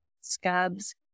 scabs